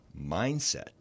mindset